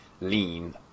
lean